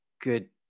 good